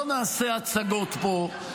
לא נעשה הצגות פה,